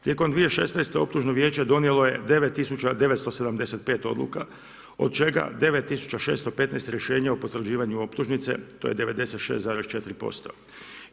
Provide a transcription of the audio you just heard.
Tijekom 2016. optužno vijeće donijelo je 9975 odluka, od čega 9615 rješenja o potvrđivanju optužnice, to je 96,4%